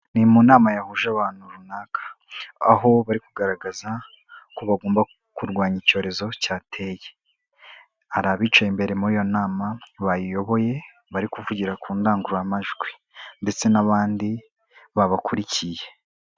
Ni mu nama yahuje ahantu runaka, aho bari kugaragaza ko bagomba kurwanya icyorezo cyateye, hari abicaye imbere muri iyo nama bayiyoboye, bari kuvugira ku ndangururamajwi ndetse n'abandi babakurikiye.